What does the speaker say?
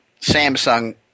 Samsung